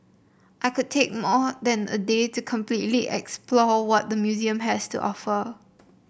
I could take more than a day to completely explore what the museum has to offer